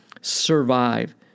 survive